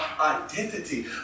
identity